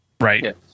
Right